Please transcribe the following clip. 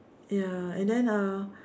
ya and then uh